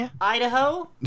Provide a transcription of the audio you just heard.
Idaho